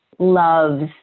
loves